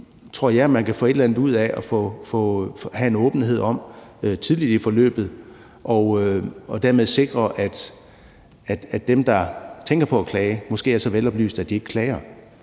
ting tror jeg man kan få et eller andet ud af at have en åbenhed om tidligt i forløbet, så dem, der tænker på at klage, måske er så veloplyste, at de ikke klager.